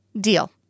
Deal